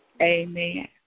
Amen